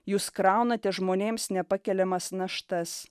jūs kraunate žmonėms nepakeliamas naštas